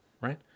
right